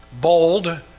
bold